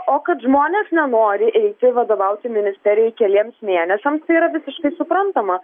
o kad žmonės nenori eiti vadovauti ministerijai keliems mėnesiams tai yra visiškai suprantama